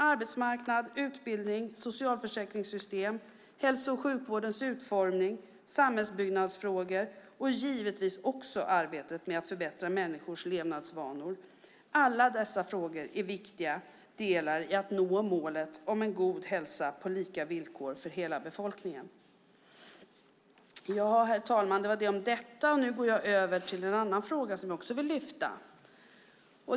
Arbetsmarknad, utbildning, socialförsäkringssystem, hälso och sjukvårdens utformning, samhällsbyggnadsfrågor och givetvis också arbetet med att förbättra människors levnadsvanor är alla viktiga delar i att nå målet om en god hälsa på lika villkor för hela befolkningen. Ja, herr talman, det var det om detta. Nu går jag över till en annan fråga som jag också vill lyfta upp.